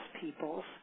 peoples